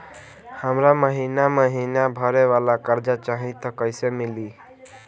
हमरा महिना महीना भरे वाला कर्जा चाही त कईसे मिली?